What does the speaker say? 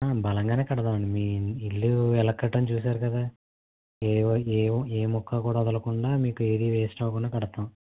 బలంగానే కడదామండి మీ ఇల్లు ఎలా కట్టానో చూసారు కదా ఏ ఓ ఏ ఓ ఏ ముక్క కూడా వదలకుండా మీకు ఏది వేస్ట్ అవ్వకుండా కడతాం